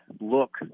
look